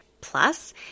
Plus